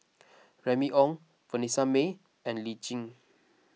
Remy Ong Vanessa Mae and Lee Tjin